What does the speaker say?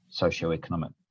socioeconomic